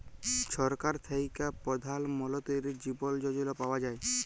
ছরকার থ্যাইকে পধাল মলতিরি জীবল যজলা পাউয়া যায়